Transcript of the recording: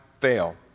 fail